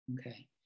okay